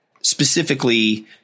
specifically